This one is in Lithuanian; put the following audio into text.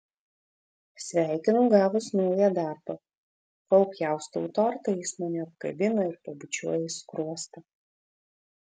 sveikinu gavus naują darbą kol pjaustau tortą jis mane apkabina ir pabučiuoja į skruostą